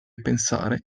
pensare